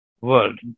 world